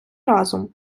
разом